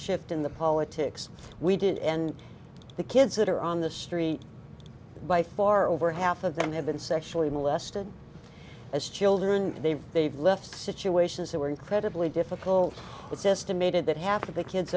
shift in the politics we did and the kids that are on the street by far over half of them have been sexually molested as children they've they've left situations that were incredibly difficult it's estimated that half of the kids